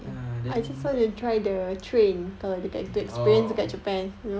ah then orh